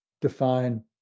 define